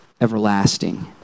everlasting